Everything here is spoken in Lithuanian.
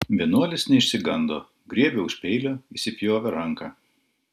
vienuolis neišsigando griebė už peilio įsipjovė ranką